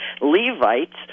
Levites